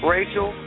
Rachel